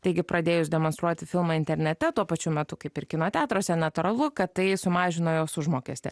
taigi pradėjus demonstruoti filmą internete tuo pačiu metu kaip ir kino teatruose natūralu kad tai sumažino jos užmokestį